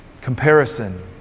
Comparison